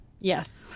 yes